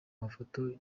mafoto